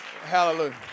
Hallelujah